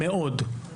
מאוד.